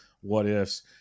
what-ifs